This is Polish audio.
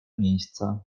miejsce